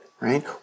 Right